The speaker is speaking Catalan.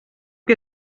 que